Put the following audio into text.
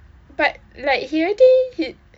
but like he already he